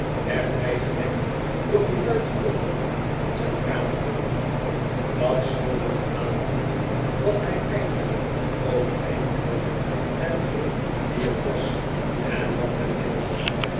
werd hij gewekt door een luid kloppen aan zijn kamerdeur dat zoolang aanhield dat hij eindelijk overeind kwam en vroeg wie er was en wat men wilde